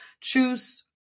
choose